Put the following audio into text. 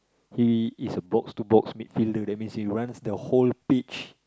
he is a box to box midfielder that means he runs the whole pitch